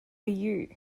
you